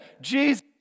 Jesus